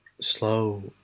slow